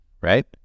Right